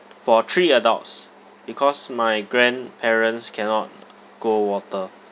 for three adults because my grandparents cannot go water